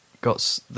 got